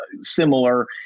similar